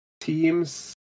teams